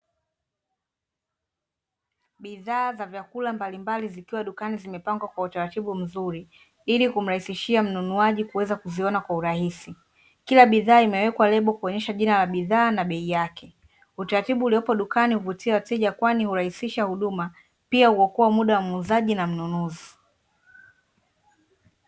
Bidhaa za vyakula mbalimbali zikiwa dukani zimepangwa kwa utaratibu mzuri ili kumrahisishia mnunuaji kuweza kuziona kwa urahisi. Kila bidhaa imewekwa lebo kuonyesha jina la bidhaa na bei yake. Utaratibu uliopo dukani huvutia wateja kwani hurahisisha huduma pia huokoa muda wa muuzaji na mnunuzi.